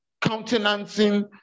countenancing